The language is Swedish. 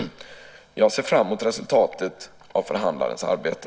Jag ser fram mot resultatet av förhandlarens arbete.